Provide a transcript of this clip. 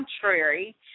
contrary